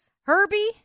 Herbie